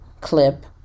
clip